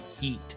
heat